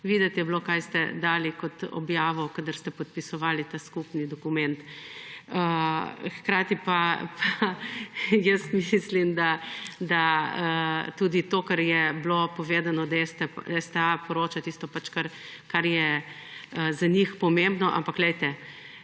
Videti je bilo kaj ste dali kot objavo, kadar ste podpisovali ta skupni dokument. Hkrati pa jaz mislim, da tudi to, kar je bilo povedano, da STA poroča tisto, kar je za njih pomembno, ampak poglejte,